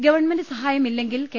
government സഹായമില്ലെ ങ്കിൽ K